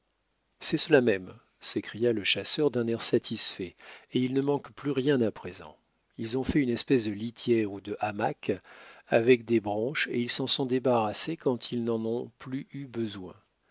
c'est cela même s'écria le chasseur d'un air satisfait et il ne manque plus rien à présent ils ont fait une espèce de litière ou de hamac avec des branches et ils s'en sont débarrassés quand ils n'en ont plus eu besoin